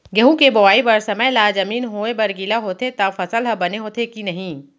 गेहूँ के बोआई बर समय ला जमीन होये बर गिला होथे त फसल ह बने होथे की नही?